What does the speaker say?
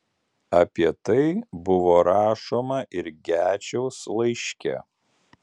apie tai buvo rašoma ir gečiaus laiške